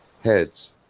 heads